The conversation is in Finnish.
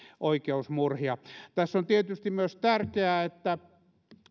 oikeusmurhia tässä on tietysti tärkeää myös että